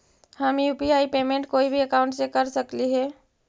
हम UPI payment कोई भी अकाउंट से कर सकली हे?